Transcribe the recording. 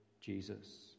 Jesus